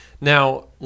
Now